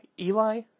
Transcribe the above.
Eli